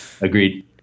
Agreed